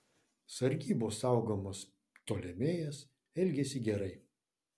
sargybos saugomas ptolemėjas elgėsi gerai